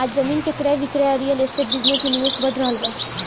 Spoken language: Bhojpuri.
आज जमीन के क्रय विक्रय आ रियल एस्टेट बिजनेस में निवेश बढ़ रहल बा